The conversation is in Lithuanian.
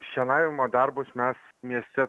šienavimo darbus mes mieste